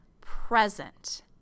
present